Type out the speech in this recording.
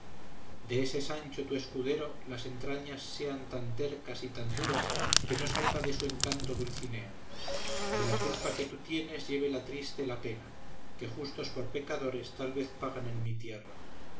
de ese sancho tu escudero las entrañas sean tan tercas y tan duras que no salga de su encanto dulcinea de la culpa que tú tienes lleve la triste la pena que justos por pecadores tal vez pagan en mi tierra